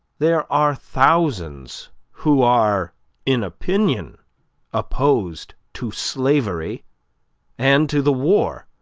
there are thousands who are in opinion opposed to slavery and to the war,